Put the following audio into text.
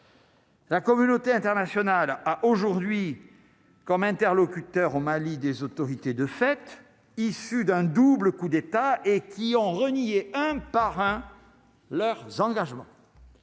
La communauté internationale a aujourd'hui comme interlocuteur au Mali des autorités, de fait, issu d'un double coup d'état et qui ont renié un parrain leurs engagements